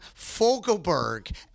Fogelberg